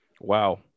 Wow